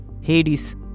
Hades